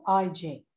IG